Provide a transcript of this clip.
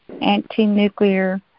anti-nuclear